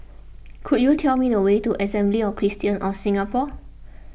could you tell me the way to Assembly of Christians of Singapore